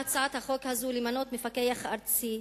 בהצעת החוק הזאת מוצע למנות מפקח ארצי,